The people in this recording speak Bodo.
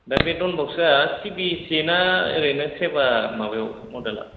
दा बे दन बस्कआ चि बि एस इ ना ओरैनो सेबा माबायाव मदेला